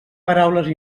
paraules